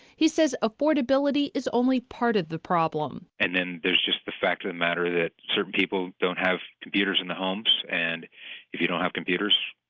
he says affordability is only part of the problem and then there's just the fact of the matter that certain people don't have computers in the home, and if you don't have computers,